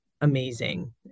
amazing